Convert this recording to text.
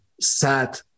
sad